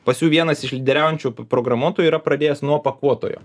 pas jų vienas iš lyderiaujančių programuotojų yra pradėjęs nuo pakuotojo